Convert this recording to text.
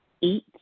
eat